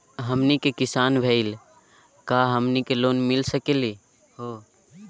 हमनी के किसान भईल, का हम लोन ले सकली हो?